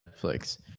Netflix